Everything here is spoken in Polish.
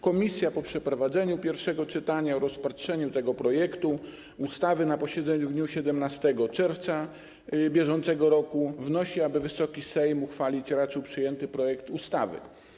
Komisja po przeprowadzeniu pierwszego czytania oraz rozpatrzeniu tego projektu na posiedzeniu w dniu 17 czerwca br. wnosi, aby wysoki Sejm uchwalić raczył przyjęty projekt ustawy.